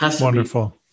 Wonderful